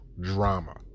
drama